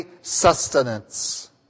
sustenance